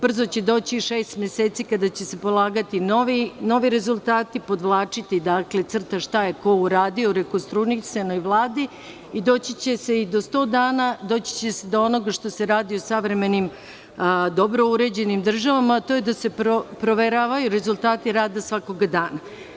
Brzo će doći i šest meseci kada će se polagati novi rezultati, podvlačiti crta šta je ko uradio u rekonstruisanoj Vladi i doći će se i do sto dana, do onoga što se radi u savremenim dobro uređenim državama, a to je da se proveravaju rezultati rada svakog dana.